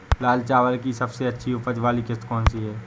लाल चावल की सबसे अच्छी उपज वाली किश्त कौन सी है?